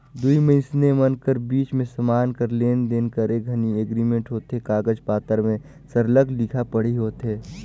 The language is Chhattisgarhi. दुई मइनसे मन कर बीच में समान कर लेन देन करे घनी एग्रीमेंट होथे कागज पाथर में सरलग लिखा पढ़ी होथे